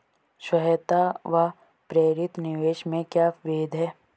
स्वायत्त व प्रेरित निवेश में क्या भेद है?